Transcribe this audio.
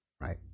Right